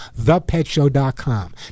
ThePetShow.com